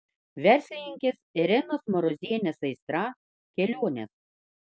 verslininkės irenos marozienės aistra kelionės